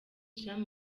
jean